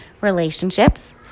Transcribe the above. relationships